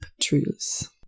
truths